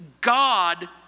God